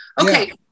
Okay